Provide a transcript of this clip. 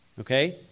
Okay